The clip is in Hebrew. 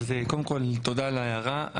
קודם כל תודה על ההערה.